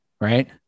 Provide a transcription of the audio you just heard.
Right